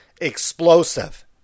explosive